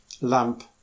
lamp